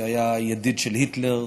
שהיה ידיד של היטלר,